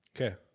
Okay